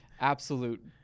absolute